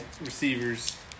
receivers –